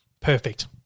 Perfect